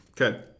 Okay